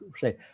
say